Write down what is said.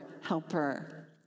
helper